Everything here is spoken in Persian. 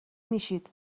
میشید